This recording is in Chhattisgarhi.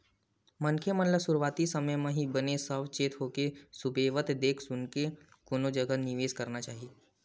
मनखे मन ल सुरुवाती समे म ही बने साव चेत होके सुबेवत देख सुनके कोनो जगा निवेस करना चाही